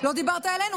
לא דיברת אלינו,